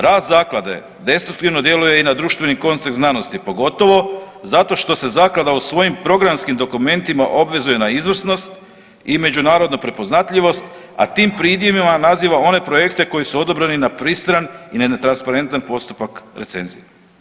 Rad zaklade destruktivno djeluje i na društveni koncept znanosti, pogotovo zato što se zaklada u svojim programskim dokumentima obvezuje na izvrsnost i na međunarodnu prepoznatljivost, a tim pridjevima naziva one projekte koji su odobreni na pristran i ne na transparentan postupak recenzije.